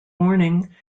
morning